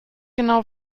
genau